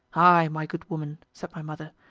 ay, my good woman, said my mother,